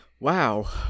Wow